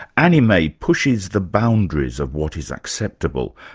anime pushes the boundaries of what is acceptable,